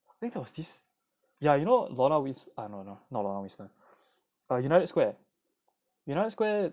I think there was this ya you know lorna whiston no no no not lorna whiston err united square united square